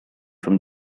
from